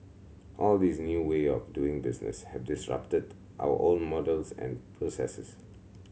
all these new way of doing business have disrupted our old models and processes